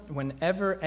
whenever